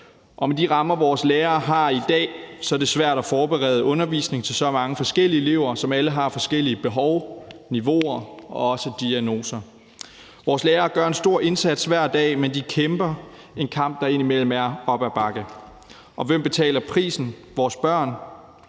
Med de rammer, vores lærere har i dag, er det svært at forberede undervisningen til så mange forskellige elever, som alle har forskellige behov, niveauer og også diagnoser. Vores lærere gør en stor indsats hver dag, men de kæmper en kamp, der indimellem er op ad bakke, og hvem betaler prisen? Det gør